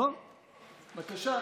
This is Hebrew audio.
בבקשה,